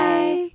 Bye